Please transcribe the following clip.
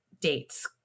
dates